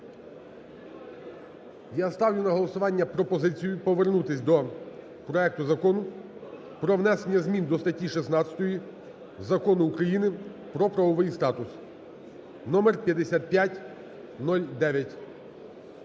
Я ставлю на голосування пропозицію повернутися до проекту Закону про внесення змін до статті 16 Закону України "Про правовий статус" (№ 5509).